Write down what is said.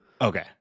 okay